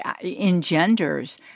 engenders